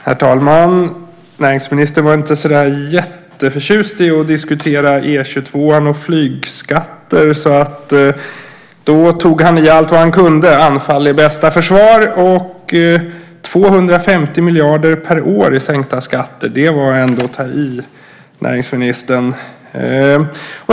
Herr talman! Näringsministern var inte så jätteförtjust i att diskutera E 22:an och flygskatter. Då tog han i allt vad han kunde - anfall är bästa försvar. 250 miljarder per år i sänkta skatter var ändå att ta i, näringsministern!